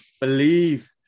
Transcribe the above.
believe